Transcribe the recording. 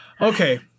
Okay